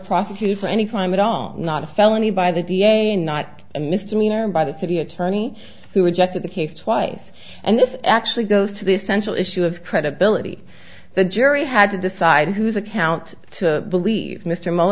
prosecuted for any crime at aung not a felony by the d a and not a misdemeanor by the city attorney who rejected the case twice and this actually goes to the essential issue of credibility the jury had to decide whose account to believe mr mo